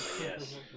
yes